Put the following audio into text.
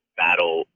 battle